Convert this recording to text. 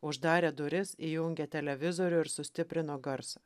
uždarė duris įjungė televizorių ir sustiprino garsą